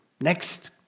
Next